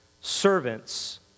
Servants